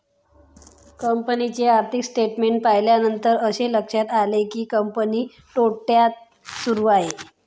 कंपनीचे आर्थिक स्टेटमेंट्स पाहिल्यानंतर असे लक्षात आले की, कंपनी तोट्यात सुरू आहे